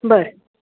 बरं